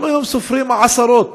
אנחנו היום סופרים עשרות